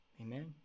Amen